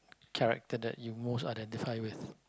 character that you most identify with